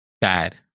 bad